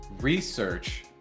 research